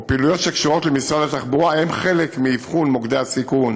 פעילויות שקשורות למשרד התחבורה הן חלק מאבחון מוקדי הסיכון